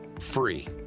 Free